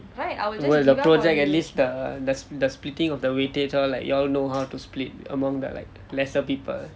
over the project at least the the the splitting of the weightage all like you all know how to split among the like lesser people